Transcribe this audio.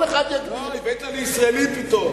הבאת לי ישראלים פתאום.